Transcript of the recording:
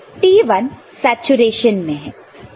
T1 saturation में है